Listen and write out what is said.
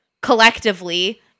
collectively